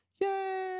Yay